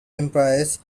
empires